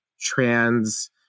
trans